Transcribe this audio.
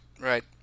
right